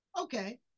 Okay